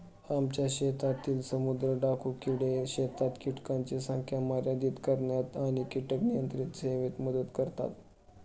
आमच्या शेतातील समुद्री डाकू किडे शेतात कीटकांची संख्या मर्यादित करण्यात आणि कीटक नियंत्रण सेवेत मदत करतात